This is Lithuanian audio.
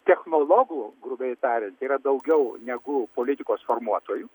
technologų grubiai tariant yra daugiau negu politikos formuotojų